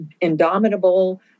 indomitable